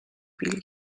بیل